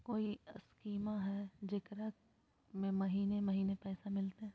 कोइ स्कीमा हय, जेकरा में महीने महीने पैसा मिलते?